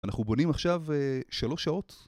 אנחנו בונים עכשיו שלוש שעות